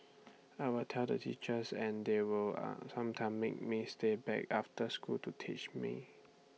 I'll tell the teachers and they will sometimes make me stay back after school to teach me